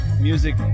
music